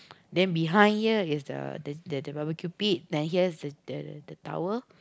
then behind here you have the the the the barbecue pit then here the the the tower